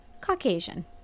Caucasian